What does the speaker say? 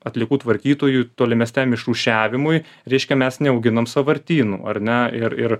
atliekų tvarkytojui tolimesniam išrūšiavimui reiškia mes neauginam sąvartynų ar ne ir ir